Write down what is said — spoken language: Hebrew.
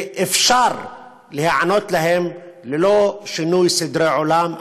ואפשר להיענות להן ללא שינוי סדרי עולם.